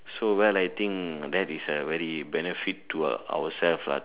so well I think that is a very benefit to our self lah